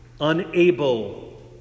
unable